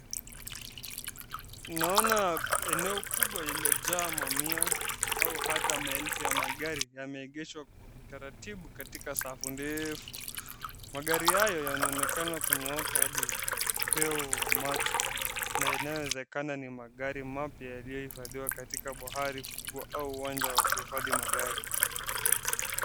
Naona eneo kubwa lililojaa mamia au hata maelfu ya magari, yameegeshwa kwa utaratibu katika safu ndefu. Magari hayo yanaonekana kunyooka hadi upeo wa macho na inawezekana ni magari mapya yaliyohifadhiwa katika bohari kubwa au uwanja wa kuhifadhi magari.